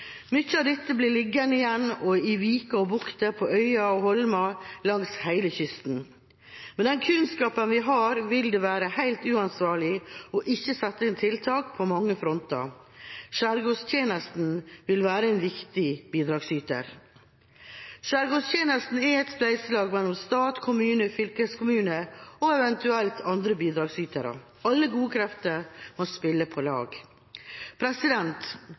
av dette blir liggende igjen i viker og bukter og på øyer og holmer langs hele kysten. Med den kunnskapen vi har, vil det være helt uansvarlig ikke å sette inn tiltak på mange fronter. Skjærgårdstjenesten vil være en viktig bidragsyter. Skjærgårdstjenesten er et spleiselag mellom stat, kommuner, fylkeskommuner og eventuelt andre bidragsytere. Alle gode krefter må spille på lag.